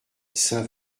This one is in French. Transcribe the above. saint